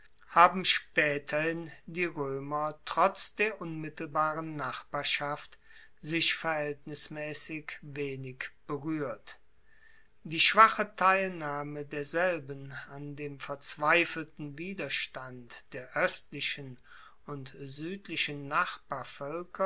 haben spaeterhin die roemer trotz der unmittelbaren nachbarschaft sich verhaeltnismaessig wenig beruehrt die schwache teilnahme derselben an dem verzweifelten widerstand der oestlichen und suedlichen